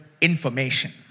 information